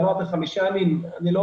אמרת חמישה ימים, אני לא